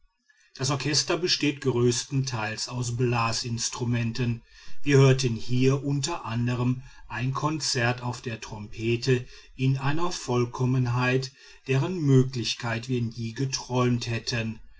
das orchester besteht größtenteils aus blasinstrumenten wir hörten hier unter anderen ein konzert auf der trompete in einer vollkommenheit deren möglichkeit wir nie geträumt hätten